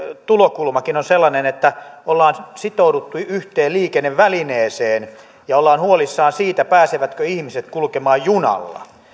tulokulmakin on sellainen että ollaan sitouduttu yhteen liikennevälineeseen ja ollaan huolissaan siitä pääsevätkö ihmiset kulkemaan junalla kun